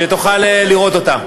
שתוכל לראות אותה.